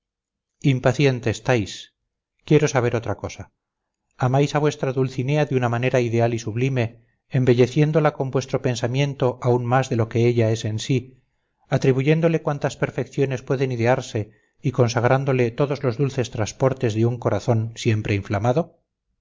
impaciente estáis quiero saber otra cosa amáis a vuestra dulcinea de una manera ideal y sublime embelleciéndola con vuestro pensamiento aún más de lo que ella es en sí atribuyéndole cuantas perfecciones pueden idearse y consagrándole todos los dulces transportes de un corazón siempre inflamado